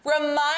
remind